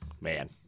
man